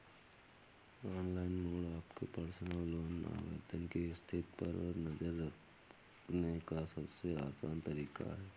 online mode आपके personal loan आवेदन की स्थिति पर नज़र रखने का सबसे आसान तरीका है